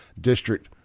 District